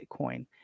bitcoin